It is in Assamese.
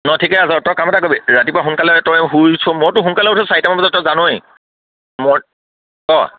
ন ঠিকে আছে তই কাম এটা কৰিবি ৰাতিপুৱা সোনকালে তই শুইছোঁ মই সোনকালে উঠো চাৰিটা মান বজাত তইতো জানৱেই মই অঁ